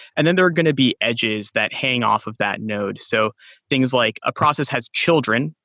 and then there are going to be edges that hang off of that node. so things like a process has children,